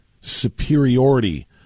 superiority